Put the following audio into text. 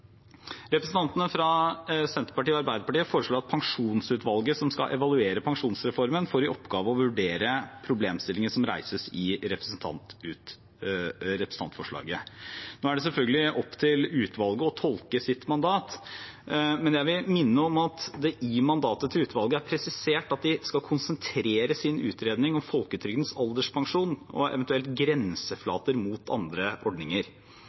Representantene fra Senterpartiet og Arbeiderpartiet foreslår at pensjonsutvalget som skal evaluere pensjonsreformen, får i oppgave å vurdere problemstillingen som reises i representantforslaget. Nå er det selvfølgelig opp til utvalget å tolke sitt mandat, men jeg vil minne om at det i mandatet til utvalget er presisert at de skal konsentrere sin utredning om folketrygdens alderspensjon og eventuelt grenseflater mot andre ordninger.